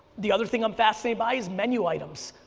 the other thing i'm fascinated by is menu items.